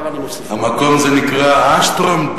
המקום הזה נקרא "אשטרום",